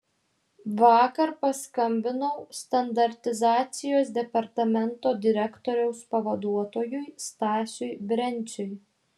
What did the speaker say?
vakar paskambinau standartizacijos departamento direktoriaus pavaduotojui stasiui brenciui